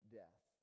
death